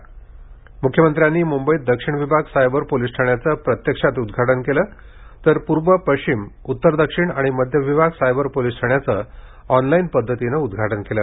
म्ख्यमंत्र्यांनी म्बईत दक्षिण विभाग सायबर पोलीस ठाण्याचं प्रत्यक्षात उद्घाटन केलं तर पूर्व पश्चिम उतर दक्षिण आणि मध्य विभाग सायबर पोलीस ठाण्याचं ऑनलाईन पद्धतीनं उद्घाटन केलं